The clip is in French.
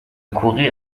courrir